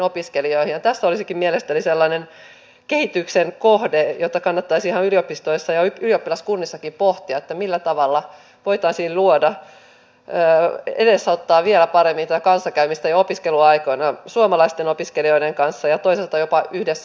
tässä olisikin mielestäni sellainen kehityksen kohde jota kannattaisi ihan yliopistoissa ja ylioppilaskunnissakin pohtia millä tavalla voitaisiin luoda edesauttaa vielä paremmin tätä kanssakäymistä jo opiskeluaikana suomalaisten opiskelijoiden kanssa ja toisaalta jopa yhdessä opiskelua